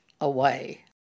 away